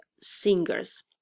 singers